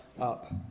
up